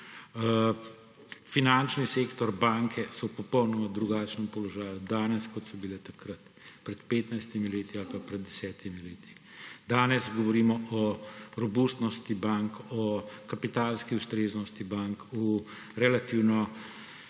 Finančni sektor, banke so danes v popolnoma drugačnem položaju kot so bile takrat, pred 15 leti ali pa pred 10 leti. Danes govorimo o robustnosti bank, o kapitalski ustreznosti bank, o relativno